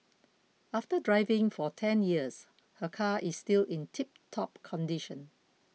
after driving for ten years her car is still in tiptop condition